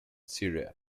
syria